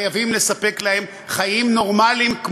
חייבים לספק להם חיים נורמליים,